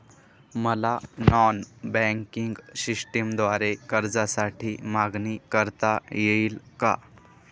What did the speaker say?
मला non banking सिस्टमद्वारे कर्जासाठी मागणी करता येईल का?